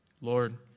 Lord